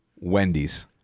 Wendy's